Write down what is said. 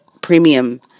premium